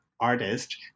artist